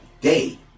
day